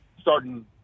starting